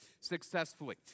successfully